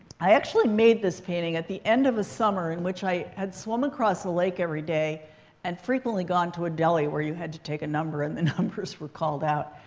i actually made this painting at the end of a summer in which i had swum across a lake every day and frequently gone to a deli where you had to take a number and the numbers were called out.